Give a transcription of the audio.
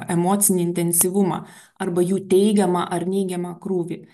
emocinį intensyvumą arba jų teigiamą ar neigiamą krūvį